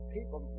People